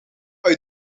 uit